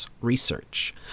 research